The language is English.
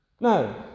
No